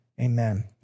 Amen